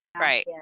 right